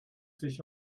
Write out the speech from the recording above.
sich